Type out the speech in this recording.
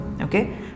okay